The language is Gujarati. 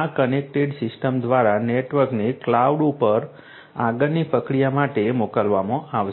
આ કનેક્ટેડ સિસ્ટમ દ્વારા નેટવર્કને ક્લાઉડ પર આગળની પ્રક્રિયા માટે મોકલવામાં આવશે